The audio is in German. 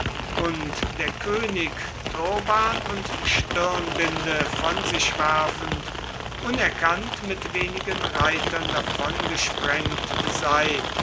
und der könig turban und stirnbinde von sich werfend unerkannt mit wenigen reitern davongesprengt sei